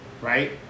right